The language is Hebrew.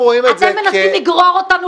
אתם מנסים לגרור אותנו,